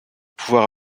pouvoir